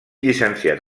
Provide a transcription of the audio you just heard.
llicenciat